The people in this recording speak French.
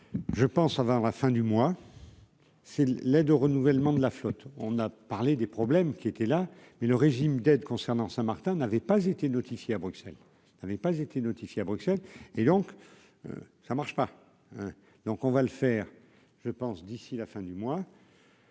je pense avant la fin du mois. C'est lait de renouvellement de la flotte, on a parlé des problèmes qui étaient là, mais le régime d'aide concernant Saint-Martin n'avait pas été notifiée à Bruxelles n'avait pas été notifiée à Bruxelles et donc ça marche pas, donc on va le faire, je pense d'ici la fin du mois.